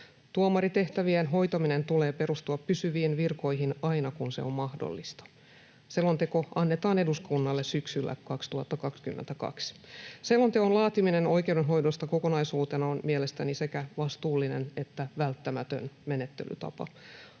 Tuomaritehtävien hoitamisen tulee perustua pysyviin virkoihin aina kun se on mahdollista. Selonteko annetaan eduskunnalle syksyllä 2022. Selonteon laatiminen oikeudenhoidosta kokonaisuutena on mielestäni sekä vastuullinen että välttämätön menettelytapa.